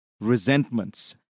resentments